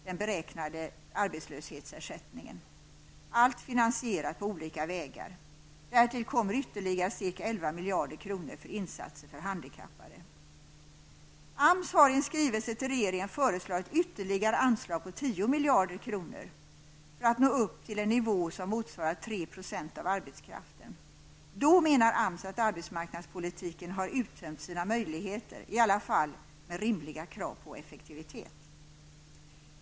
den beräknade arbetslöshetsersättningen, allt finansierat på olika vägar. Därtill kommer ytterligare ca 11 miljarder kronor för insatser för handikappade. AMS har i skrivelse till regeringen föreslagit ytterligare anslag på 10 miljarder kronor för att nå upp till den nivå som motsvarar 3 % av arbetskraften. Då menar AMS att arbetsmarknadspolitiken har uttömt sina möjligheter, i varje fall med rimliga krav på effektivitet.